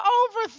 over